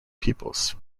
peoples